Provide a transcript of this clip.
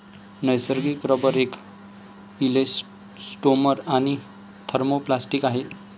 नैसर्गिक रबर एक इलॅस्टोमर आणि थर्मोप्लास्टिक आहे